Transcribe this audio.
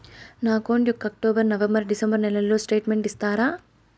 నా అకౌంట్ యొక్క October, November, December నెలల స్టేట్మెంట్ ఇస్తారా?